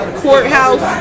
courthouse